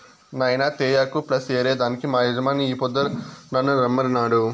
నాయినా తేయాకు ప్లస్ ఏరే దానికి మా యజమాని ఈ పొద్దు నన్ను రమ్మనినాడు